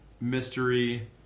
mystery